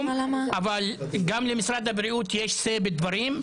אבל גם למשרד הבריאות יש say בדברים,